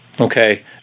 Okay